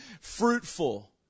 fruitful